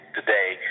today